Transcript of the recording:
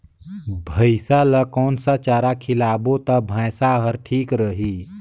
भैसा ला कोन सा चारा खिलाबो ता भैंसा हर ठीक रही?